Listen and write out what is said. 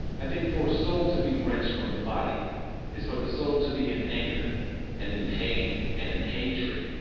i think for a soul to be wrenched from the body is for the soul to be in anger and in pain and in hatred.